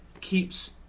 keeps